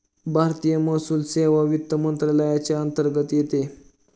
भारतीय महसूल सेवा वित्त मंत्रालयाच्या अंतर्गत येते